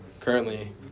currently